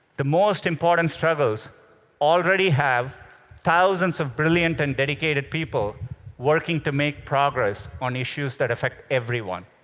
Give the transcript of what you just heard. the most important struggles already have thousands of brilliant and dedicated people working to make progress on issues that affect everyone.